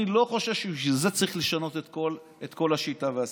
אני לא חושב שבשביל זה צריך לשנות את כל את כל השיטה והסיסטם.